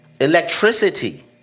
electricity